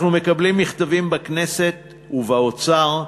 אנחנו מקבלים מכתבים בכנסת ובאוצר,